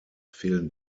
fehlen